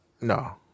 No